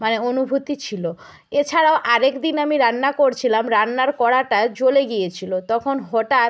মানে অনুভূতি ছিল এছাড়াও আরেক দিন আমি রান্না করছিলাম রান্নার কড়াটা জ্বলে গিয়েছিল তখন হঠাৎ